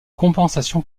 compensation